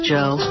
Joe